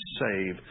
save